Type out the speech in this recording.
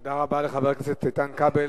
תודה רבה לחבר הכנסת איתן כבל.